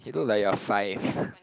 you look like you are five